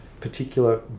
particular